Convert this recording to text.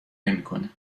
نمیکنه